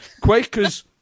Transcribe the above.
Quakers